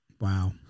Wow